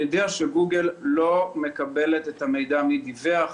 אני יודע שגוגל לא מקבלת את המידע מי דיווח,